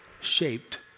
shaped